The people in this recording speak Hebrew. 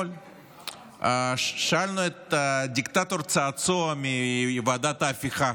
שאלנו את הדיקטטור צעצוע מוועדת ההפיכה: